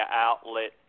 outlet